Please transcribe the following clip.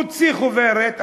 מוציא חוברת,